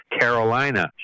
carolina